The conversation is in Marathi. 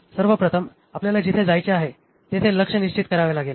सर्व प्रथम आपल्याला जिथे जायचे आहे तेथे लक्ष्य निश्चित करावे लागेल